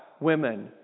women